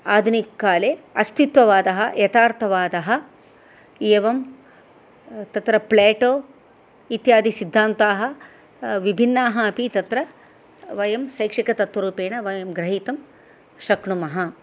आदुनिककाले अस्तित्ववादः यथार्थवादः एवं तत्र प्लेटो इत्यादि सिद्धान्ताः विभिन्नाः अपि तत्र वयं शैक्षिकतत्वरूपेण वयं ग्रहीतं शक्नुमः